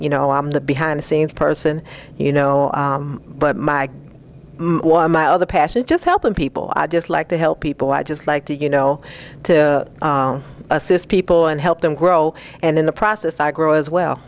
you know i'm the behind the scenes person you know but my other passion just helping people i just like to help people i just like to you know to assist people and help them grow and in the process i grow as well